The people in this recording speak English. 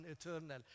eternal